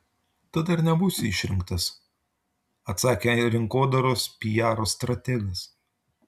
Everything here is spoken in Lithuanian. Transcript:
tada ir nebūsi išrinktas atsakė rinkodaros piaro strategas